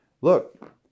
look